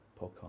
podcast